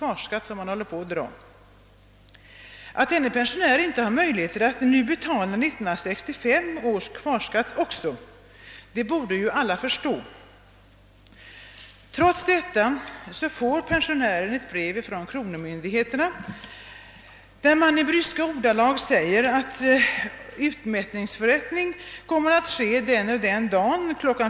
Att pensionären inte har möjlighet att nu betala också 1965 års kvarskatt torde alla förstå. Trots detta får pensionären ett brev från kronofogdemyndigheten, vari man i bryska ordalag meddelar att utmätningsförrättning kommer att ske en viss dag kl.